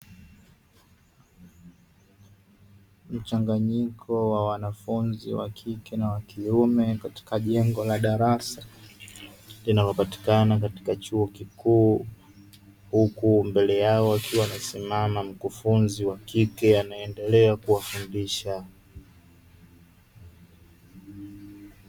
Mchanganyiko wa wanafunzi wa kike na wa kiume katika jengo la darasa, linalopatikana katika chuo kikuu, huku mbele yao akiwa amesimama mkufunzi wa kike, anaendelea kuwafundisha.